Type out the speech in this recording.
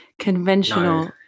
conventional